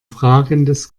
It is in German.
fragendes